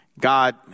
God